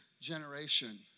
generation